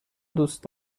دوست